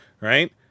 Right